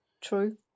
true